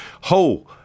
Ho